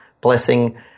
blessing